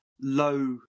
low